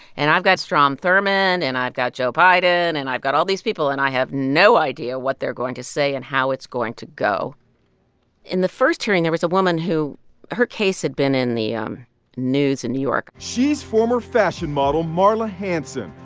and i've got strom thurmond. and i've got joe biden. and i've got all these people, and i have no idea what they're going to say and how it's going to go in the first hearing, there was a woman who her case had been in the um news in new york she's former fashion model marla hanson,